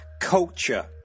culture